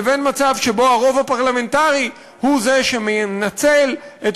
לבין מצב שבו הרוב הפרלמנטרי הוא זה שמנצל את